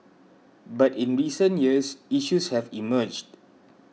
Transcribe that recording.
but in recent years issues have emerged